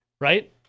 Right